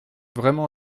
vraiment